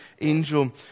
angel